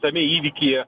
tame įvykyje